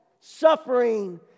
suffering